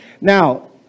Now